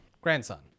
Grandson